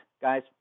guys